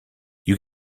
you